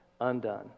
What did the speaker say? undone